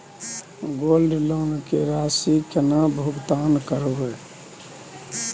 Gold loan के राशि केना भुगतान करबै?